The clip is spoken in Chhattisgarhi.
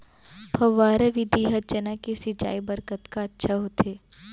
फव्वारा विधि ह चना के सिंचाई बर कतका अच्छा होथे?